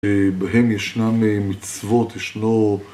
בהם ישנם מצוות, ישנו...